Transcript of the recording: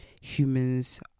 humans